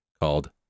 called